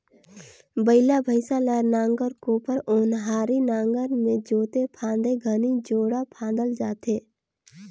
बइला भइसा ल नांगर, कोपर, ओन्हारी नागर मे जोते फादे घनी जोड़ा फादल जाथे